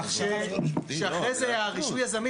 הסמכות לא עוברת למורשה להיתר ככל שהמהנדס לא השיב לו.